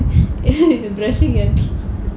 brushing your teeth